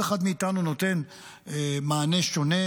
כל אחד מאיתנו נותן מענה שונה,